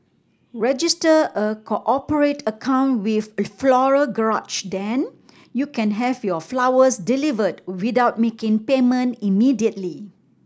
register a cooperate account with Floral Garage then you can have your flowers delivered without making payment immediately